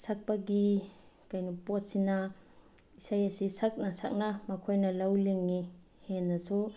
ꯁꯛꯄꯒꯤ ꯀꯩꯅꯣ ꯄꯣꯠꯁꯤꯅ ꯏꯁꯩ ꯑꯁꯤ ꯁꯛꯅ ꯁꯛꯅ ꯃꯈꯣꯏꯅ ꯂꯧ ꯂꯤꯡꯉꯤ ꯍꯦꯟꯅꯁꯨ